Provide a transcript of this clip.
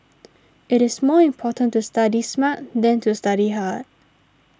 it is more important to study smart than to study hard